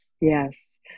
Yes